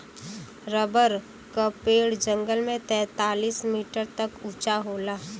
rubber क पेड़ जंगल में तैंतालीस मीटर तक उंचा होला